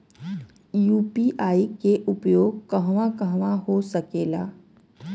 UPI के उपयोग कहवा कहवा हो सकेला?